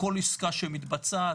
כל עסקה שמתבצעת,